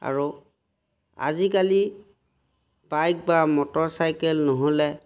আৰু আজিকালি বাইক বা মটৰচাইকেল নহ'লে